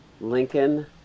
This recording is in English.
Lincoln